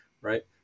right